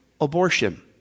Abortion